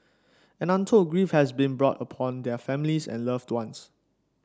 and untold grief has been brought upon their families and loved ones